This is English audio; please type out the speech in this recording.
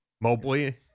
Mobley